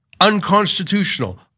unconstitutional